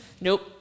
nope